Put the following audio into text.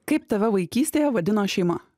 kaip tave vaikystėje vadino šeima